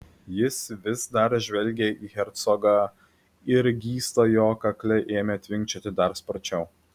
jis vis dar žvelgė į hercogą ir gysla jo kakle ėmė tvinkčioti dar sparčiau